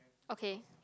okay